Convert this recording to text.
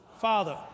Father